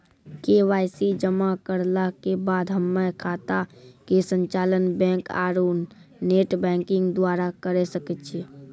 KYC जमा करला के बाद हम्मय खाता के संचालन बैक आरू नेटबैंकिंग द्वारा करे सकय छियै?